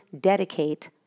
dedicate